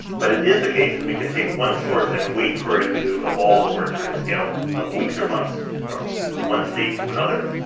but it is the case that we can take one source and wait for it to evolve over a timescale of weeks or months, from one state to another,